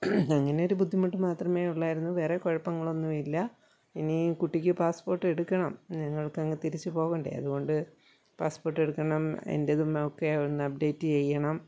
അങ്ങനെയൊരു ബുദ്ധിമുട്ട് മാത്രമേയുള്ളായിരുന്നു വേറെ കുഴപ്പങ്ങളൊന്നും ഇല്ല ഇനി കുട്ടിക്ക് പാസ്സ്പോട്ടെടുക്കണം ഞങ്ങൾക്കങ്ങ് തിരിച്ചു പോവണ്ടേ അതുകൊണ്ട് പാസ്സ്പോർട്ടെടുക്കണം എന്റേതുമൊക്കെ ഒന്ന് അപ്റ്റ്ഡേറ്റ് ചെയ്യണം